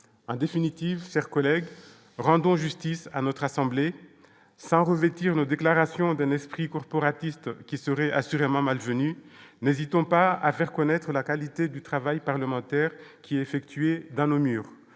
en définitive, cher collègue, rendons justice à notre assemblée sans revêtir le déclaration d'un esprit corporatiste qui serait assurément malvenue ne vit-on pas à faire connaître la qualité du travail parlementaire qui effectué dans le mur,